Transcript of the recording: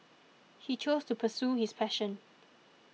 he chose to pursue his passion